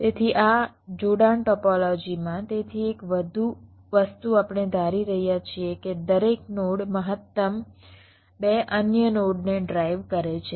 તેથી આ જોડાણ ટોપોલોજીમાં તેથી એક વસ્તુ આપણે ધારી રહ્યા છીએ કે દરેક નોડ મહત્તમ 2 અન્ય નોડને ડ્રાઇવ કરે છે